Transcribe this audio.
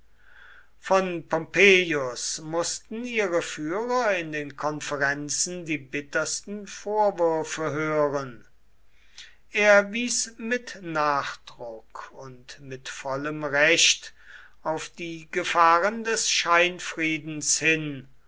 von pompeius mußten ihre führer in den konferenzen die bittersten vorwürfe hören er wies mit nachdruck und mit vollem recht auf die gefahren des scheinfriedens hin